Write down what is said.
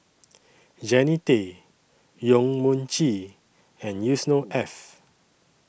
Jannie Tay Yong Mun Chee and Yusnor Ef